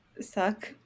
suck